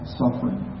suffering